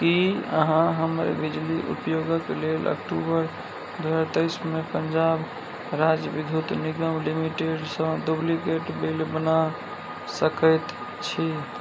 कि अहाँ हमर बिजली उपयोगक लेल अक्टूबर दुइ हजार तेइसमे पञ्जाब राज्य विद्युत निगम लिमिटेडसँ डुप्लिकेट बिल बना सकै छी